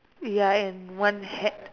ya and one hat